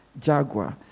Jaguar